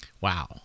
Wow